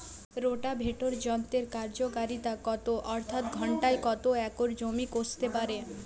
Rotavator যন্ত্রের কার্যকারিতা কত অর্থাৎ ঘণ্টায় কত একর জমি কষতে পারে?